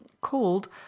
called